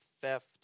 theft